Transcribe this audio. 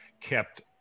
kept